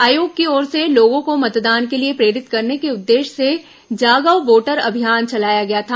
आयोग की ओर से लोगों को मतदान के लिए प्रेरित करने के उद्देश्य से जागव बोटर अभियान चलाया गया था